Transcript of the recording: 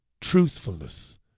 truthfulness